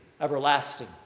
everlasting